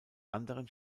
anderen